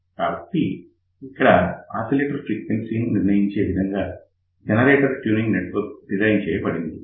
కాబట్టి ఇక్కడ oscillation frequency ను నిర్ణయించే విధంగా జనరేటర్ ట్యూనింగ్ నెట్వర్క్ డిజైన్ చేయబడింది